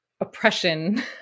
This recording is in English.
oppression